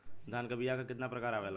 धान क बीया क कितना प्रकार आवेला?